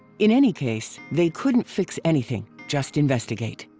in any case, they couldn't fix anything, just investigate.